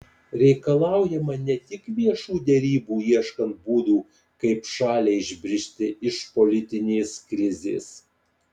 reikalaujama ne tik viešų derybų ieškant būdų kaip šaliai išbristi iš politinės krizės